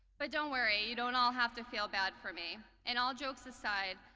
but don't worry you don't all have to feel bad for me. and all jokes aside,